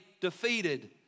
defeated